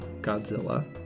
Godzilla